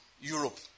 Europe